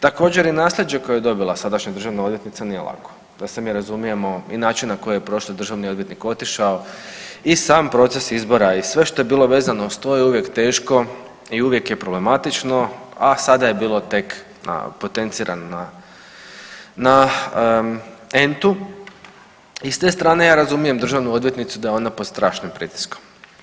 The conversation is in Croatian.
Također i nasljeđe koje je dobila sadašnja državna odvjetnica nije lako, da se mi razumijemo i način na koji je prošli državni odvjetnik otišao i sam proces izbora i sve što je bilo vezano uz to je uvijek teško i uvijek je problematično, a sada je bilo tek potencirano na entu i s te strane ja razumijem državnu odvjetnicu da je ona pod strašnim pritiskom.